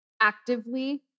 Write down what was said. actively